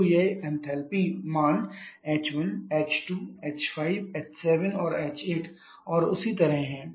तो ये एंथैल्पी मान h1 h2 h5 h7 और h8 और इसी तरह हैं